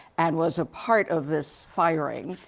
and was a part of this firing,